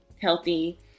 healthy